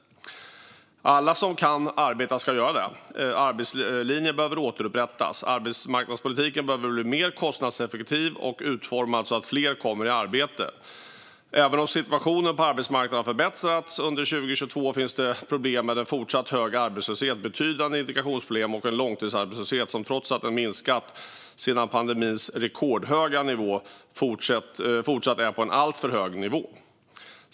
Alla som kan arbeta ska göra det. Arbetslinjen behöver återupprättas. Arbetsmarknadspolitiken behöver bli mer kostnadseffektiv och utformad så att fler kommer i arbete. Även om situationen på arbetsmarknaden har förbättrats under 2022 finns det problem med en fortsatt hög arbetslöshet, betydande integrationsproblem och en långtidsarbetslöshet som trots att den minskat sedan pandemins rekordhöga nivå fortsatt är på en alltför hög nivå.